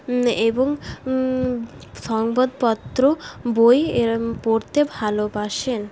এবং সংবাদপত্র বই এরা পড়তে ভালোবাসেন